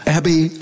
Abby